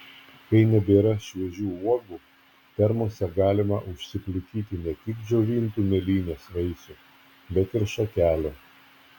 kai nebėra šviežių uogų termose galima užsiplikyti ne tik džiovintų mėlynės vaisių bet ir šakelių